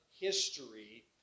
history